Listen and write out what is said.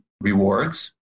rewards